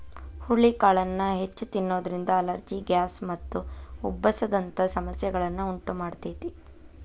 ಹುರಳಿಕಾಳನ್ನ ಹೆಚ್ಚ್ ತಿನ್ನೋದ್ರಿಂದ allergy, gas ಮತ್ತು ಉಬ್ಬಸ ದಂತ ಸಮಸ್ಯೆಗಳನ್ನ ಉಂಟಮಾಡ್ತೇತಿ